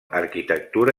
arquitectura